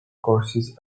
courses